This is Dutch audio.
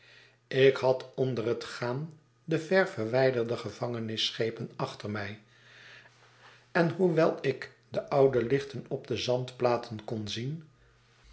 ik had onder het gaan de ver verwijderde gevangenisschepen achter mij en hoewel ik de oude lichten op de zandplaten kon zien